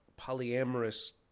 polyamorous